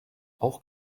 auch